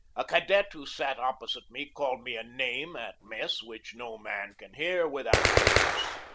a cadet who sat opposite me called me a name at mess which no man can hear without redress.